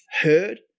heard